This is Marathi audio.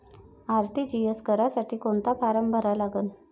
आर.टी.जी.एस करासाठी कोंता फारम भरा लागन?